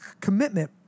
commitment